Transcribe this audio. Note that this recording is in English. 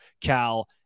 Cal